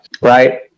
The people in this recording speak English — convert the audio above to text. right